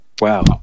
Wow